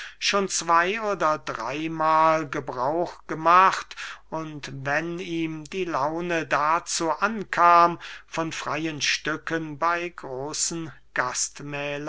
schon zwey oder drey mahl gebrauch gemacht und wenn ihm die laune dazu ankam von freyen stücken bey großen